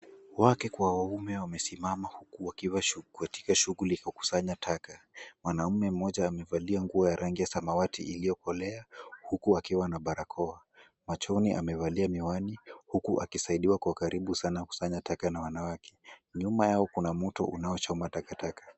Wake kwa waume wamesimama huku wakiwa katika shughuli ya kukusanya taka. Mwanaume mmoja amevalia nguo ya rangi ya samawati iliyo kolea, huku akiwa na barakoa. Machoni amevalia miwani huku akisaidiwa kwa karibu sana kukusanya taka na wanawake. Nyuma yao kuna moto wa una choma taka taka .